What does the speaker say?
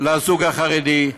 לזוג החרדי.